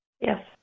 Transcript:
Yes